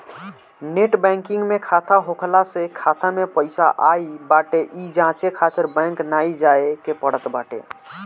net banking में खाता होखला से खाता में पईसा आई बाटे इ जांचे खातिर बैंक नाइ जाए के पड़त बाटे